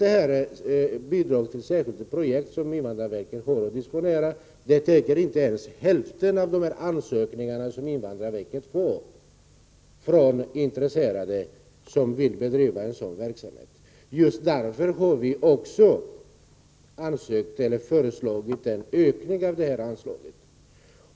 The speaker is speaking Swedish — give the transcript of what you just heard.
Det bidrag till särskilda projekt som invandrarverket disponerar räcker inte ens till hälften av de ansökningar som invandrarverket får från intresserade som vill bedriva sådan verksamhet. Just därför har vi föreslagit en ökning av det anslaget.